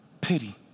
pity